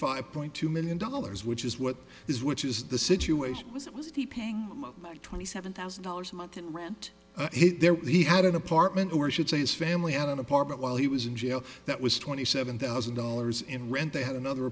five point two million dollars which is what is which is the situation was the paying twenty seven thousand dollars a month in rent he had an apartment or should say his family and an apartment while he was in jail that was twenty seven thousand dollars in rent they had another